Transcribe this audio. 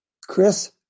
Chris